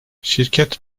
şirket